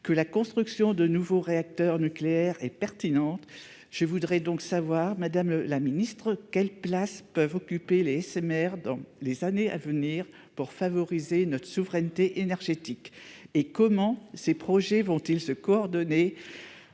que la construction de nouveaux réacteurs nucléaires est pertinente, je voudrais savoir, madame la ministre, quelle place peuvent occuper les SMR dans les années à venir pour favoriser notre souveraineté énergétique. Comment ces projets vont-ils se coordonner